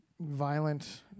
violent